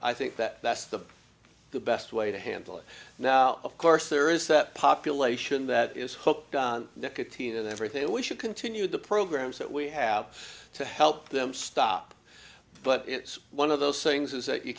i think that that's the the best way to handle it now of course there is that population that is hooked on nicotine and everything and we should continue the programs that we have to help them stop but it's one of those things is that you